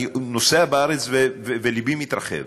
אני נוסע בארץ וליבי מתרחב.